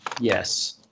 Yes